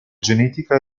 genetica